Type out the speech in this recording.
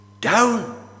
down